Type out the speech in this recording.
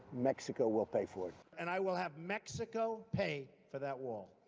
mexico will pay for it. and i will have mexico pay for that wall,